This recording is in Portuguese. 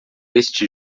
este